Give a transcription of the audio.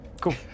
Cool